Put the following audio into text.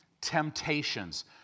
temptations